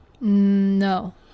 No